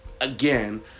again